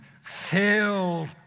filled